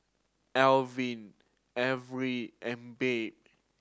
Alvin Averi and Bea